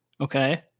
Okay